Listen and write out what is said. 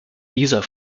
dieser